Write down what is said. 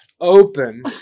Open